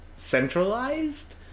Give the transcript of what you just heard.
centralized